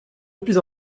depuis